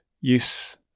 use